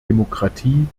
demokratie